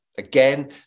Again